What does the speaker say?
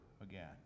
again